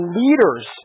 leaders